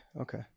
Okay